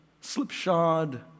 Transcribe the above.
slipshod